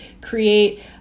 create